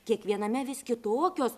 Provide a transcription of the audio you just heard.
kiekviename vis kitokios